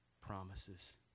promises